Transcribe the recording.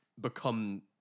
become